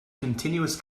continuous